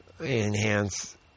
enhance